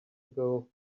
ago